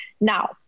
Now